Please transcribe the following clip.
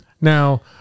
Now